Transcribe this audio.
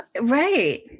Right